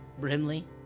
Brimley